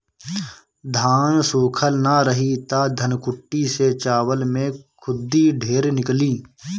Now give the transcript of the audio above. धान सूखल ना रही त धनकुट्टी से चावल में खुद्दी ढेर निकली